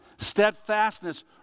steadfastness